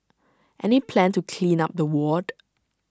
any plan to clean up the ward